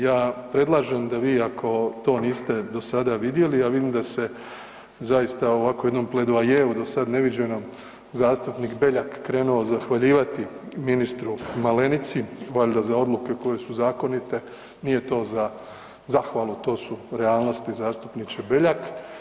Ja predlažem da vi ako to niste do sada vidjeli, a vidim da se zaista u ovako jednom pleadveju dosad neviđenom zastupnik Beljak krenuo zahvaljivati ministru Malenici, valjda za odluke koje su zakonite, nije to za zahvalu, to su realnosti zastupniče Beljak.